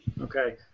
Okay